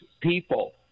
people